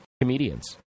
comedians